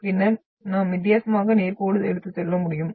பின்னர் நாம் வித்தியாசமாக நோக்கோடு எடுத்துச் செல்ல முடியும்